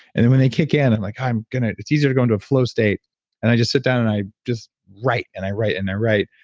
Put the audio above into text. and then when they kick in i'm like, i'm going to it's easier to go into a flow state and i just sit down and i just write and i write and i write.